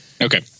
Okay